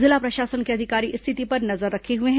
जिला प्रशासन के अधिकारी स्थिति पर नजर रखे हुए हैं